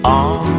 on